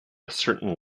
certain